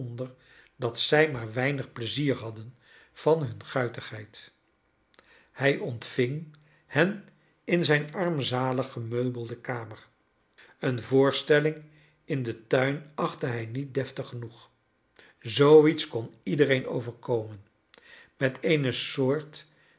dat zij maar weinig pleizier hadden van nun guitigheid hij ontving hen in zijn armzalig gemeubelde kamer een voorstelling in den tuin achtte hij niet deftig genoeg zoo iets kon iedereen overkomen met eene soort